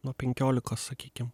nuo penkiolikos sakykim